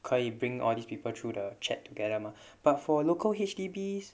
可以 bring all these people through the chat together mah but for local H_D_Bs